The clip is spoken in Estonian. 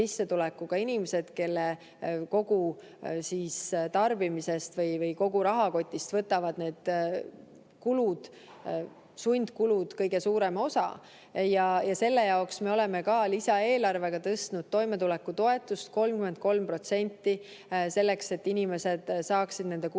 inimesed, kelle kogu tarbimisest või kogu rahakotist võtavad need sundkulud kõige suurema osa. Selle jaoks me oleme ka lisaeelarvega tõstnud toimetulekutoetust 33%, et inimesed saaksid nende kuludega